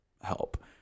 help